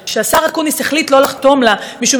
שהשר אקוניס החליט שלא לחתום לה משום שהיא